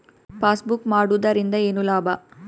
Passbook ಮಾಡುದರಿಂದ ಏನು ಲಾಭ?